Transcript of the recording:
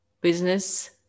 business